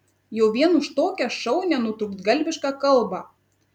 jau vien už tokią šaunią nutrūktgalvišką kalbą